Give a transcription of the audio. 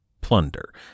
Plunder